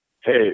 Hey